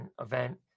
event